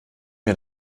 mir